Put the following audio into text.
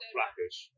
Blackish